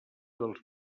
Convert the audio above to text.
dels